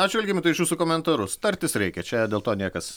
ačiū algimantai už jūsų komentarus tartis reikia čia dėl to niekas